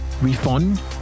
refund